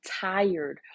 tired